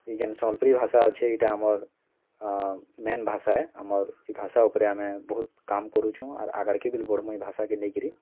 ଏଇ ଯେନ୍ ସମ୍ବଲପୁରୀ ଭାଷା ଅଛି ଏଇଟା ଆମର୍ ମେନ୍ ଭାଷା ହେ ଆମର୍ ଭାଷା ଉପରେ ଆମେ ବହୁତ କାମ୍ କରୁଛୁଁ ଆର ଆଗାଡ଼ କେ ବିଲ୍ ବଢ଼୍ମୁ ଏ ଭାଷା କେ ନେଇ କିରି